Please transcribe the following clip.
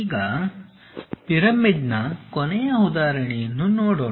ಈಗ ಪಿರಮಿಡ್ನ ಕೊನೆಯ ಉದಾಹರಣೆಯನ್ನು ನೋಡೋಣ